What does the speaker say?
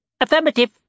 Affirmative